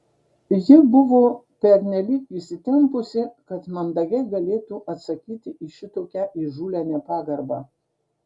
ji buvo pernelyg įsitempusi kad mandagiai galėtų atsakyti į šitokią įžūlią nepagarbą